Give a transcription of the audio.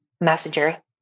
messenger